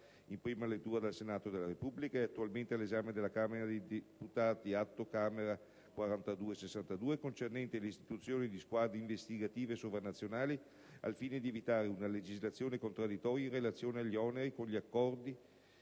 in prima lettura dal Senato della Repubblica e attualmente all'esame della Camera dei deputati (Atto Camera n. 4262) concernente l'istituzione di squadre investigative sovranazionali, al fine di evitare una legislazione contraddittoria in relazione agli oneri con gli accordi